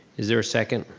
is there a second?